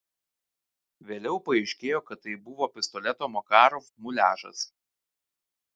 vėliau paaiškėjo kad tai buvo pistoleto makarov muliažas